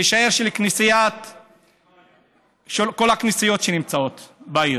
תישאר של כל הכנסיות שנמצאות בעיר,